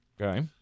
Okay